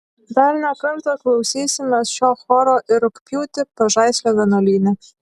dar ne kartą klausysimės šio choro ir rugpjūtį pažaislio vienuolyne